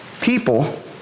People